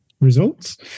results